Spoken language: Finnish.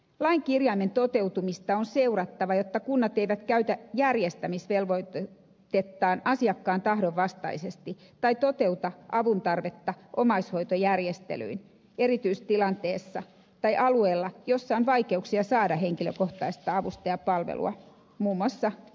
lain kirjaimen toteutumista on seurattava jotta kunnat eivät käytä järjestämisvelvoitettaan asiakkaan tahdon vastaisesti tai toteuta avuntarvetta omaishoitojärjestelyin erityistilanteessa tai alueella jossa on vaikeuksia saada henkilökohtaista avustajapalvelua muun muassa ed